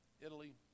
Italy